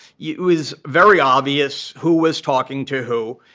yeah it was very obvious who was talking to who.